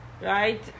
right